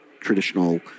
traditional